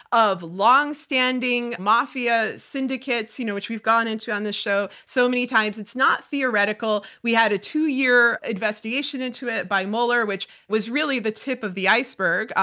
of long-standing mafia syndicates, you know which we've gone into on this show so many times. it's not theoretical. we had a two-year investigation into it by mueller, which was really the tip of the iceberg,